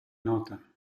nota